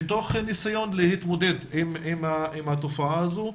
מתוך ניסיון להתמודד עם התופעה הזו.